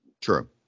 true